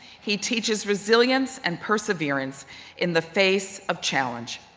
he teaches resilience and perseverance in the face of challenge.